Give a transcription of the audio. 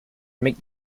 make